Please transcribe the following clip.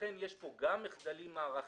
לכן יש פה גם מחדלים מערכתיים,